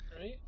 right